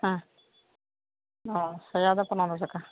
ᱦᱮᱸ ᱚᱻ ᱥᱟᱭᱟ ᱫᱚ ᱯᱚᱱᱮᱨᱚ ᱴᱟᱠᱟ